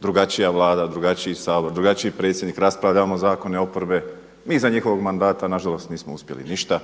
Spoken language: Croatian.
drugačija Vlada, drugačiji Sabor, drugačiji predsjednik, raspravljamo zakone oporbe. Mi za njihovog mandata nažalost nismo uspjeli ništa